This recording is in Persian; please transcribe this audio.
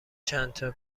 چندتا